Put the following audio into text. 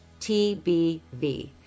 TBV